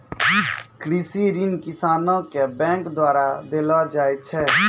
कृषि ऋण किसानो के बैंक द्वारा देलो जाय छै